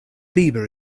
bieber